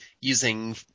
using